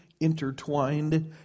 intertwined